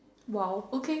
!wow! okay